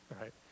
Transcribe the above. right